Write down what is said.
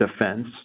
defense